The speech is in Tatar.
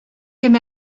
кем